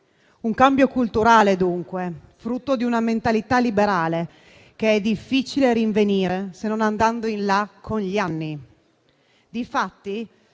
un cambio culturale, dunque, frutto di una mentalità liberale che è difficile rinvenire se non andando in là con gli anni.